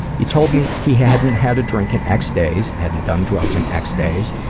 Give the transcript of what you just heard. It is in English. he told me he hadn't had a drink in x days, hadn't done drugs in x days.